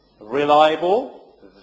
reliable